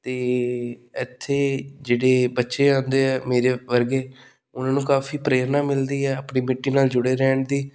ਅਤੇ ਇੱਥੇ ਜਿਹੜੇ ਬੱਚੇ ਆਉਂਦੇ ਹੈ ਮੇਰੇ ਵਰਗੇ ਉਨ੍ਹਾਂ ਨੂੰ ਕਾਫ਼ੀ ਪ੍ਰੇਰਨਾ ਮਿਲਦੀ ਹੈ ਆਪਣੀ ਮਿੱਟੀ ਨਾਲ ਜੁੜੇ ਰਹਿਣ ਦੀ